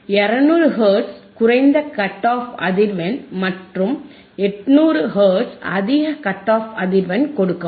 200 hertz குறைந்த cut off அதிர்வெண் மற்றும் 800 ஹெர்ட்ஸ் அதிக கட் ஆஃப் அதிர்வெண் கொடுக்கவும்